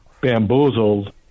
bamboozled